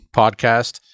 podcast